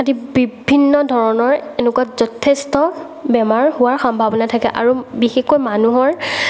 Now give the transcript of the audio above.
আদি বিভিন্ন ধৰণৰ এনেকুৱা যথেষ্ট বেমাৰ হোৱাৰ সম্ভাৱনা থাকে আৰু বিশেষকৈ মানুহৰ